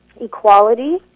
Equality